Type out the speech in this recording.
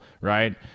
right